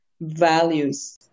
values